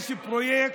יש פרויקט,